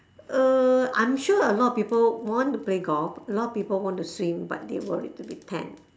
uh I'm sure a lot of people want to play golf a lot of people want to swim but they worried to be tan